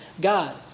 God